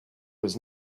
was